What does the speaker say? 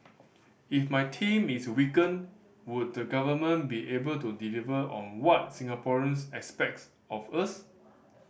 if my team is weakened would the government be able to deliver on what Singaporeans expect of us